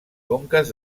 conques